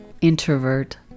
introvert